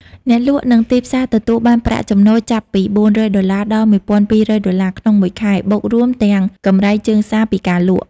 អ្នកលក់ និងទីផ្សារទទួលបានប្រាក់ចំណូលចាប់ពី ៤០០ ដុល្លារ ដល់ ១,២០០ ដុល្លារ ក្នុងមួយខែ បូករួមទាំង កម្រៃជើងសារពីការលក់។